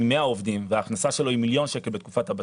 100 עובדים וההכנסה שלו היא מיליון שקלים בתקופת בסיס,